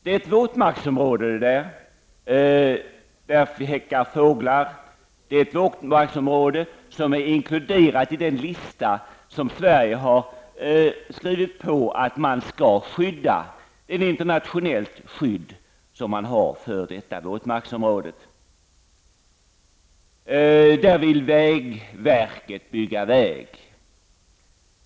Det är ett våtmarksområde med häckande fåglar, ett område som är inkluderat på den av Sverige underskrivna internationella lista över våtmarksområden som skall skyddas. Där vill vägverket dock bygga väg.